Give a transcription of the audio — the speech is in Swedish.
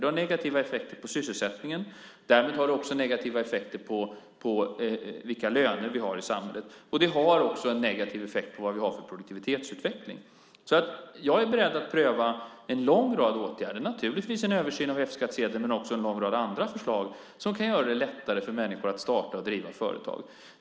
Det har negativa effekter på sysselsättningen. Därmed har det också negativa effekter på vilka löner vi har i samhället. Det har också en negativ effekt på vad vi har för produktivitetsutveckling. Jag är beredd att pröva en lång rad åtgärder. Det gäller naturligtvis en översyn av F-skattsedeln men också en lång rad andra förslag som kan göra det lättare för människor att starta och driva företag.